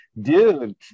dude